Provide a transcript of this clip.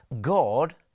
God